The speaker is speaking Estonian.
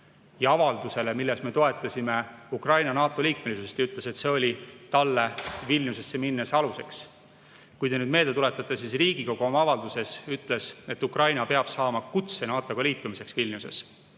ja avaldusele, milles me toetasime Ukraina NATO liikmesust, ja ütles, et see oli talle Vilniusesse minnes aluseks. Kui te nüüd meelde tuletate, siis Riigikogu oma avalduses ütles, et Ukraina peab saama kutse NATO-ga liitumiseks Vilniuses.